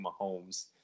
Mahomes